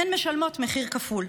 הן משלמות מחיר כפול.